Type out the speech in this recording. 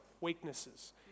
weaknesses